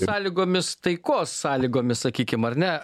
sąlygomis taikos sąlygomis sakykim ar ne